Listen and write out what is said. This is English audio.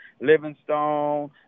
Livingstone